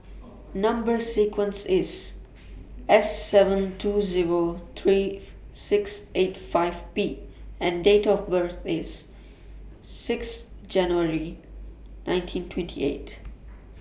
Number sequence IS S seven two Zero three six eight five Band Date of birth IS six January nineteen twenty eight